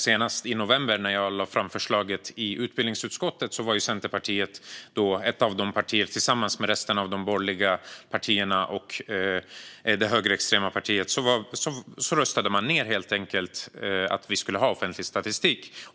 Senast i november, när jag lade fram ett förslag i utbildningsutskottet, var Centerpartiet ett av de partier - tillsammans med resten av de borgerliga partierna och det högerextrema partiet - som röstade ned att vi skulle ha offentlig statistik.